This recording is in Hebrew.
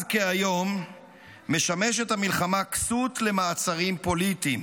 אז כהיום משמשת המלחמה כסות למעצרים פוליטיים,